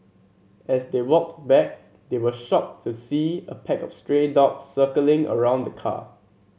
as they walked back they were shocked to see a pack of stray dogs circling around the car